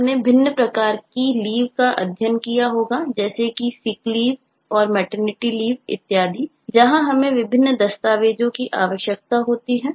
आपने भिन्न प्रकार की Leave का अध्ययन किया होगा जैसे कि sick leave और maternity leave इत्यादि जहां हमें विभिन्न दस्तावेजों की आवश्यकता होती है